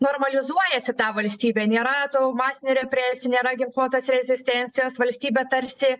normalizuojas į tą valstybę nėra tų masinių represijų nėra ginkluotos rezistencijos valstybė tarsi